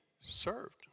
served